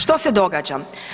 Što se događa?